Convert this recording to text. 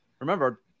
remember